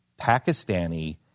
Pakistani